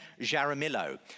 Jaramillo